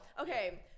Okay